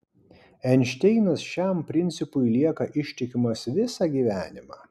einšteinas šiam principui lieka ištikimas visą gyvenimą